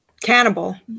Cannibal